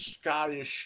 Scottish